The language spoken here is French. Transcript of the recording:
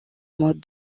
mode